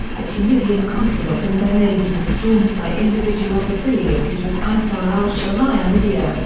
the tunisian consulate in benghazi was stormed by individuals affiliated with ansar al-sharia libya,